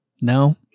No